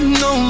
no